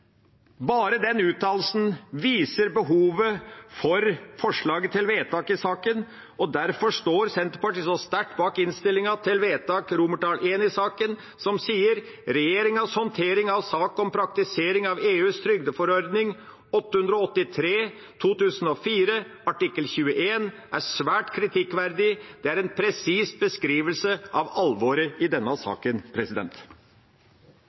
Bare den uttalelsen viser behovet for forslaget til vedtak i saken. Derfor står Senterpartiet så sterkt bak forslag til vedtak I i innstillinga, som sier: «Regjeringens håndtering av sak om praktiseringen av EUs trygdeforordning 883/2004 artikkel 21 er sterkt kritikkverdig.» Det er en presis beskrivelse av alvoret i denne